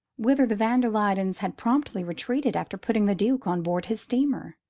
whither the van der luydens had promptly retreated after putting the duke on board his steamer.